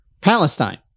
Palestine